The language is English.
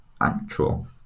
actual